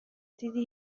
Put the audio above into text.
دیدی